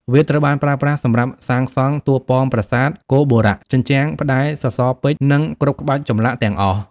វាត្រូវបានប្រើប្រាស់សម្រាប់សាងសង់ តួប៉មប្រាសាទ គោបុរៈ ជញ្ជាំង ផ្តែរ សសរពេជ្រ និងគ្រប់ក្បាច់ចម្លាក់ ទាំងអស់។